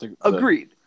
Agreed